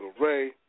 Ray